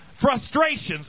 frustrations